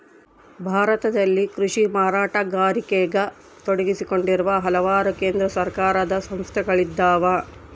ಭಾರತದಲ್ಲಿ ಕೃಷಿ ಮಾರಾಟಗಾರಿಕೆಗ ತೊಡಗಿಸಿಕೊಂಡಿರುವ ಹಲವಾರು ಕೇಂದ್ರ ಸರ್ಕಾರದ ಸಂಸ್ಥೆಗಳಿದ್ದಾವ